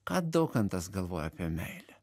ką daukantas galvojo apie meilę